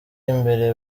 imbere